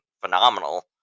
phenomenal